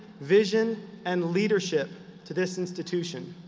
vision and leadership to this institution.